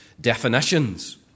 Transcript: definitions